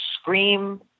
scream